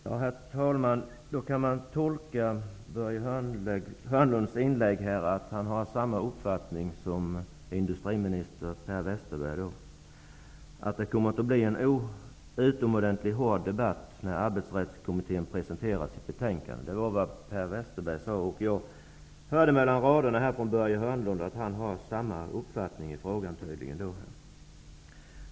Herr talman! Man kan alltså tolka Börje Hörnlunds inlägg som att han har samma uppfattning som industriminister Per Westerberg, nämligen att det kommer att bli en utomordentligt hård debatt när Det är vad Per Westerberg har sagt, och jag kunde uttyda av det Börje Hörnlund sade att han har samma uppfattning i frågan.